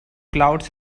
clouds